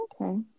Okay